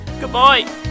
Goodbye